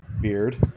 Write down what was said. beard